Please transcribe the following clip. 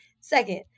Second